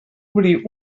obrir